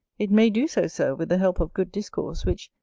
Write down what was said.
it may do so, sir, with the help of good discourse, which,